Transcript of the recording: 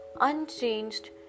Unchanged